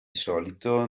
solito